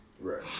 Right